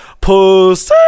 pussy